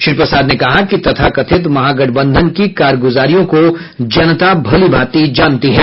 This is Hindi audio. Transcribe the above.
श्री प्रसाद ने कहा कि तथाकथित महागठबंधन की कारगुरारियों को जनता भलीभांति जानती है